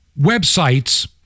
websites